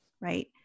right